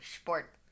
Sport